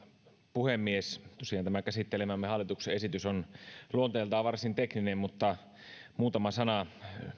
puhemies tosiaan tämä käsittelemämme hallituksen esitys on luonteeltaan varsin tekninen mutta muutama sana